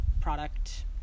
product